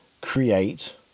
create